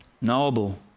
knowable